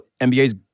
NBA's